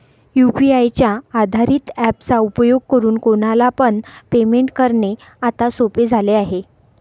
UPI च्या आधारित app चा उपयोग करून कोणाला पण पेमेंट करणे आता सोपे झाले आहे